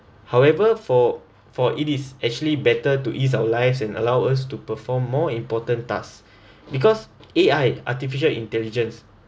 however for for it is actually better to ease our lives and allow us to perform more important task because A_I artificial intelligence